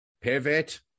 pivot